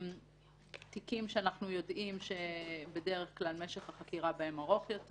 עם תיקים שאנחנו יודעים שבדרך כלל משך החקירה בהם ארוך יותר.